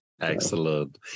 Excellent